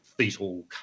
fetal